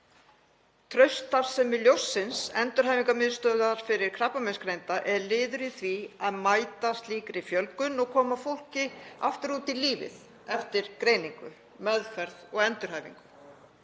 Traust starfsemi Ljóssins, endurhæfingarmiðstöðvar fyrir krabbameinsgreinda, er liður í því að mæta slíkri fjölgun og koma fólki aftur út í lífið eftir greiningu, meðferð og endurhæfingu.